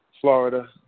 Florida